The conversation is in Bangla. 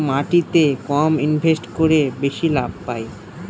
মাটিতে কম ইনভেস্ট করে বেশি লাভ পাই